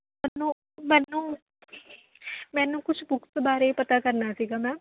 ਮੈਨੂੰ ਮੈਨੂੰ ਮੈਨੂੰ ਕੁੱਝ ਬੁੱਕਸ ਬਾਰੇ ਪਤਾ ਕਰਨਾ ਸੀਗਾ ਮੈਮ